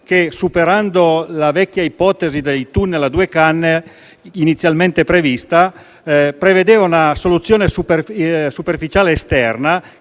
che, superando la vecchia ipotesi dei tunnel a due canne inizialmente prevista, prevedeva una soluzione superficiale esterna